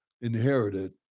inherited